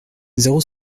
zéro